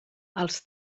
els